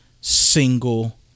single